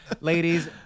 ladies